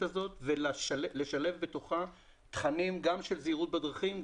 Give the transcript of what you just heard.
הזאת ולשלב בתוכה תכנים של זהירות בדרכים,